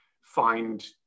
find